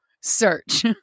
search